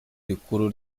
rikuru